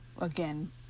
again